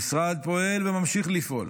המשרד פועל וממשיך לפעול